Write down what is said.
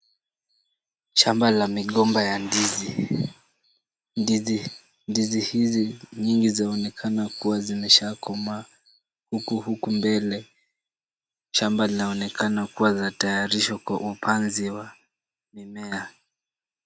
Shamba la migomba ya ndizi. Ndizi hizi mingi zaonekana kuwa zimeshakoma huku huku mbele shamba laonekana kuwa latayarishwa kwa upanzi wa mimea.